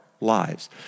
lives